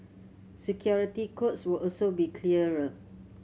security codes will also be clearer